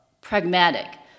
pragmatic